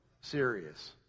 Serious